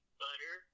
butter